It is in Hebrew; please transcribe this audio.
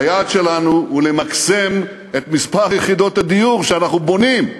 היעד שלנו הוא למקסם את מספר יחידות הדיור שאנחנו בונים,